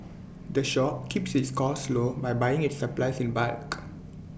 the shop keeps its costs low by buying its supplies in bulk